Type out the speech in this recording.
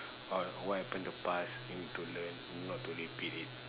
uh what happen in the past we need to learn not to repeat it